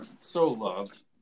so-loved